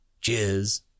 cheers